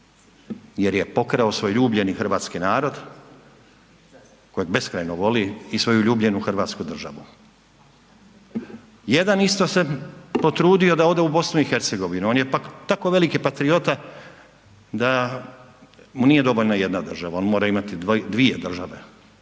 jer je pokrao svoj ljubljeni hrvatski narod kojeg beskrajno voli i svoju ljubljenu Hrvatsku državu. Jedan isto se potrudio da ode u BiH, on je pak tako veliki patriota da mu nije dovoljna jedna država, on mora imati dvije države